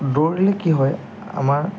দৌৰিলে কি হয় আমাৰ